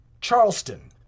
Charleston